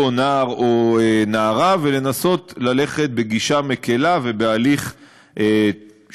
נער או נערה ולנסות ללכת בגישה מקלה ובהליך שיקומי.